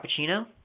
cappuccino